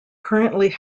currently